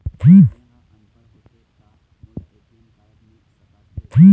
मैं ह अनपढ़ होथे ता मोला ए.टी.एम कारड मिल सका थे?